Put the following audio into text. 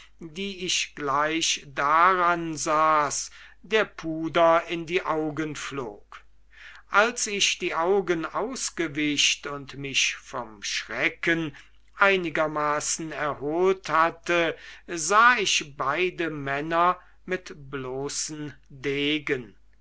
die ich gleich daran saß der puder in die augen flog als ich die augen ausgewischt und mich vom schrecken einigermaßen erholt hatte sah ich beide männer mit bloßen degen